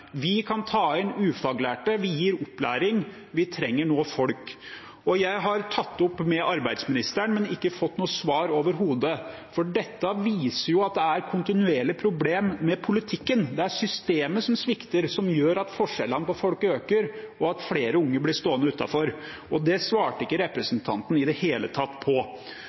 Vi kan ta inn ufaglærte, vi gir opplæring. Vi trenger nå folk. Jeg har tatt opp dette med arbeidsministeren, men har ikke fått noe svar. Dette viser jo at det er kontinuerlige problemer med politikken. Det er systemet som svikter, og som gjør at forskjellene mellom folk øker, og at flere unge blir stående utenfor. Det svarte ikke representanten på i det hele tatt.